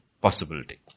possibility